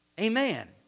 Amen